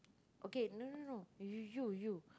okay no no no you you